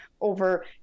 over